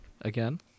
Again